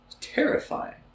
terrifying